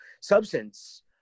substance